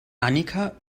annika